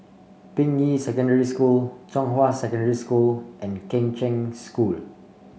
Ping Yi Secondary School Zhonghua Secondary School and Kheng Cheng School